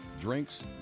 drinks